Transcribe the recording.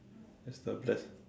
that's the best